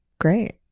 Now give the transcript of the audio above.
great